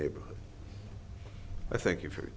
neighborhood i thank you for